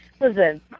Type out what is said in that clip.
Listen